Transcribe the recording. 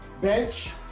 bench